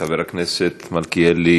חבר הכנסת מלכיאלי